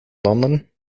landen